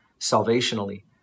salvationally